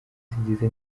zigize